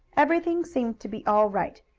everything seemed to be all right.